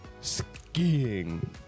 Skiing